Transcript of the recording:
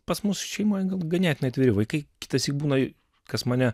pas mus šeimoj gal ganėtinai atviri vaikai kitąsyk būna kas mane